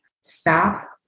stop